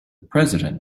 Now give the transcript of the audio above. president